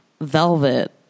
Velvet